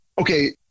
Okay